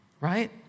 right